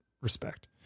respect